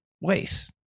Wait